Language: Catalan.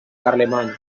carlemany